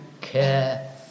care